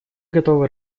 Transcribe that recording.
готовы